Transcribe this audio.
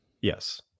Yes